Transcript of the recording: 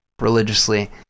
religiously